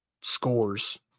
scores